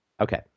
Okay